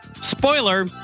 Spoiler